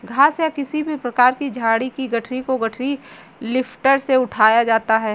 घास या किसी भी प्रकार की झाड़ी की गठरी को गठरी लिफ्टर से उठाया जाता है